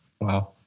Wow